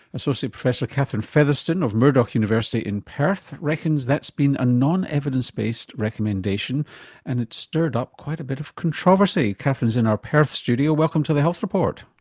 associate professor catherine fetherston of murdoch university in perth reckons that's been a non evidence based recommendation and it has stirred up quite a bit of controversy. catherine is in our perth studio. welcome to the health report.